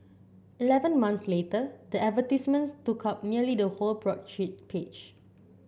eleven months later the advertisements took up nearly the whole broadsheet page